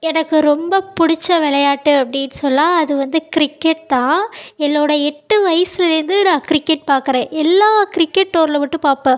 எனக்கு ரொம்ப பிடிச்ச விளையாட்டு அப்படின்னு சொன்னால் அது வந்து கிரிக்கெட் தான் என்னுடைய எட்டு வயசுலேர்ந்து நான் கிரிக்கெட் பார்க்கறேன் எல்லா கிரிக்கெட் டோர்னமண்ட்டும் பார்ப்பேன்